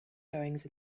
goings